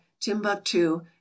Timbuktu